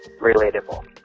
relatable